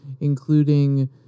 including